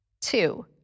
Two